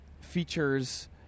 features